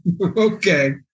Okay